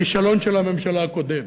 בכישלון של הממשלה הקודמת,